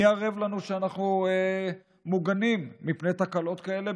מי ערב לנו שאנחנו מוגנים מפני תקלות כאלה,